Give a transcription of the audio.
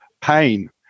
pain